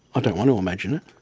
i don't want to imagine it